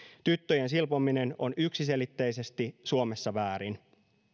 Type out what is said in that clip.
tyttöjen silpominen on yksiselitteisesti suomessa väärin